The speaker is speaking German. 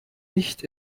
nicht